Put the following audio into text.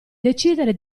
decidere